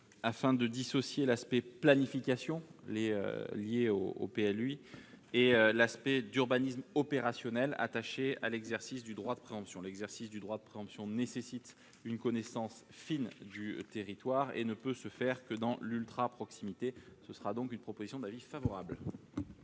de dissocier l'aspect de planification, lié au PLUI, et l'aspect d'urbanisme opérationnel, attaché à l'exercice du droit de préemption. L'exercice du droit de préemption nécessite une connaissance fine du territoire et ne peut se faire que dans l'ultra-proximité. La commission émet donc un avis favorable